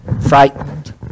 frightened